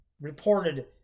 reported